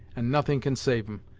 and nothing can save em,